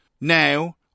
now